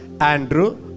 Andrew